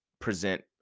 present